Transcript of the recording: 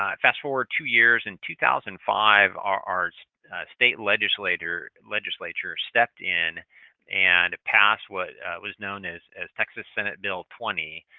um fast forward two years. in two thousand and five our our state legislature legislature stepped in and passed what was known as as texas senate bill twenty,